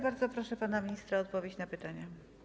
Bardzo proszę pana ministra o odpowiedź na pytanie.